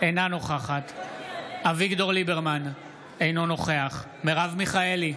אינה נוכחת אביגדור ליברמן, אינו נוכח מרב מיכאלי,